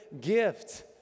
gift